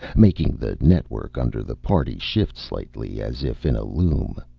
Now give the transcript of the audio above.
making the network under the party shift slightly, as if in a loom.